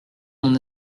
mon